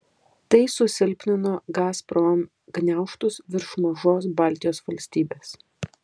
tai susilpnino gazprom gniaužtus virš mažos baltijos valstybės